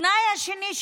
התנאי השני: